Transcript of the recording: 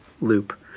loop